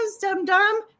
dum-dum